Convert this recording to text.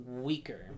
weaker